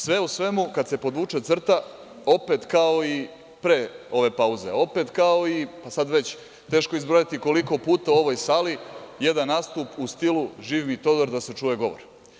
Sve u svemu, kada se podvuče crta, opet kao i pre ove pauze, opet kao i, sada već teško izbrojati koliko puta u ovoj sali, jedan nastup u stilu – živ mi Todor, da se čuje govor.